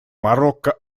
марокко